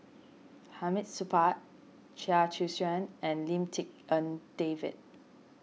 Hamid Supaat Chia Choo Suan and Lim Tik En David